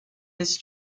his